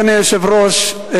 אדוני היושב-ראש,